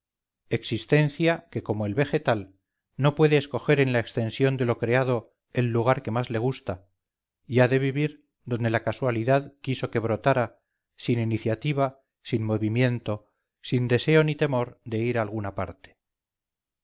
existencia que como el vegetal no puede escoger en la extensión de lo creado el lugar que más le gusta y ha de vivir donde la casualidad quiso que brotara sin iniciativa sin movimiento sin deseo ni temor de ir a alguna parte